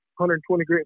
120-grit